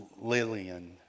Lillian